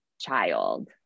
child